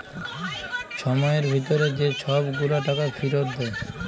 ছময়ের ভিতরে যে ছব গুলা টাকা ফিরত দেয়